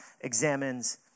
examines